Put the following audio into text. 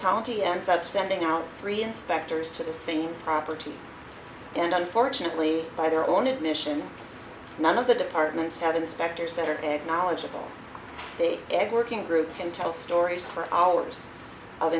county ends up sending out three inspectors to the same property and unfortunately by their own admission none of the departments have inspectors that are knowledgeable they every working group can tell stories for hours of